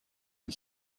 and